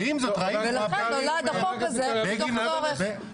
ולכן נולד החוק הזה מתוך צורך.